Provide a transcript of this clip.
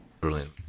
Brilliant